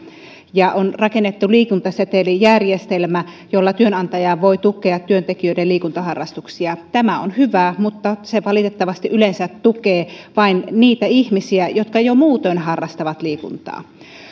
ja on rakennettu liikuntasetelijärjestelmä jolla työnantaja voi tukea työntekijöiden liikuntaharrastuksia tämä on hyvä mutta se valitettavasti yleensä tukee vain niitä ihmisiä jotka jo muuten harrastavat liikuntaa